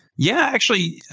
yeah. actually,